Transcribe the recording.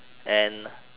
and